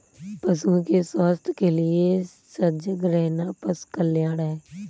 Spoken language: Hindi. पशुओं के स्वास्थ्य के लिए सजग रहना पशु कल्याण है